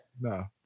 No